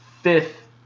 fifth